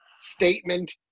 statement